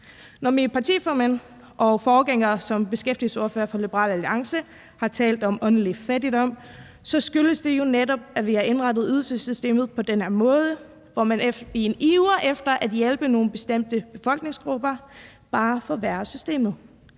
Når min partiformand og forgænger som beskæftigelsesordfører for Liberal Alliance har talt om åndelig fattigdom, skyldes det jo netop, at vi har indrettet ydelsessystemet på den her måde, hvor man i en iver efter at hjælpe nogle bestemte befolkningsgrupper bare forværrer systemet.